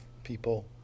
People